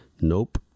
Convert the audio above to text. Nope